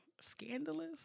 Scandalous